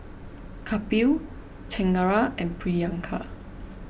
Kapil Chengara and Priyanka